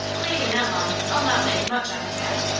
waiting that long, i'll not make much on the hat,